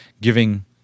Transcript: giving